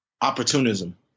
opportunism